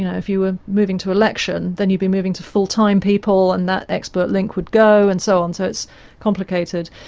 you know if you were moving to election then you'd be moving to full-time people and that expert link would go and so on, so it's complicated.